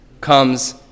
comes